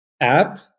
app